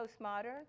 postmodern